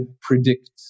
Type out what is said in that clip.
predict